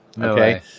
Okay